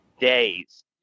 days